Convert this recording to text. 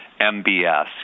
MBS